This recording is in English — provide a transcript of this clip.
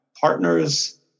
partners